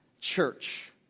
church